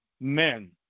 men